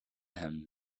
him